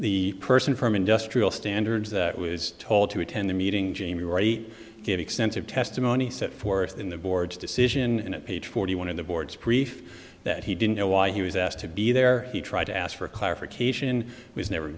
the person from industrial standards that was told to attend the meeting jaimie already get extensive testimony set forth in the board's decision and it page forty one of the board's brief that he didn't know why he was asked to be there he tried to ask for clarification was never